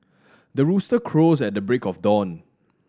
the rooster crows at the break of dawn